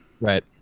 Right